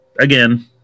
again